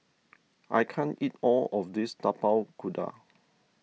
I can't eat all of this Tapak Kuda